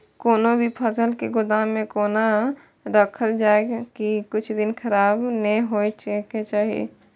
कोनो भी फसल के गोदाम में कोना राखल जाय की कुछ दिन खराब ने होय के चाही?